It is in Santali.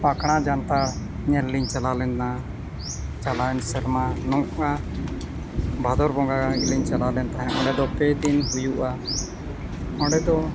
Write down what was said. ᱯᱟᱸᱠᱲᱟ ᱡᱟᱱᱛᱟᱲ ᱧᱮᱞ ᱞᱤᱧ ᱪᱟᱞᱟᱣ ᱞᱮᱱᱟ ᱪᱟᱞᱟᱣᱮᱱ ᱥᱮᱨᱢᱟ ᱱᱚᱝᱠᱟ ᱵᱷᱟᱫᱚᱨ ᱵᱚᱸᱜᱟ ᱜᱮᱞᱤᱧ ᱪᱟᱞᱟᱣ ᱞᱮᱱ ᱛᱟᱦᱮᱸᱫ ᱚᱸᱰᱮ ᱫᱚ ᱯᱮ ᱫᱤᱱ ᱦᱩᱭᱩᱜᱼᱟ ᱚᱸᱰᱮ ᱫᱚ